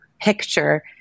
picture